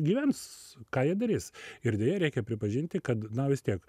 gyvens ką jie darys ir deja reikia pripažinti kad na vis tiek